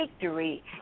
victory